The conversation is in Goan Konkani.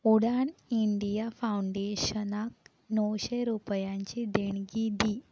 उडाण इंडिया फाउंडेशनाक णवशें रुपयांची देणगी दी